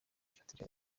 gifatika